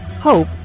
Hope